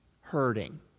hurting